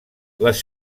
les